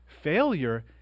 Failure